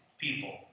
people